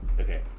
Okay